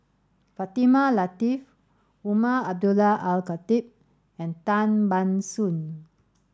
Fatimah Lateef Umar Abdullah Al Khatib and Tan Ban Soon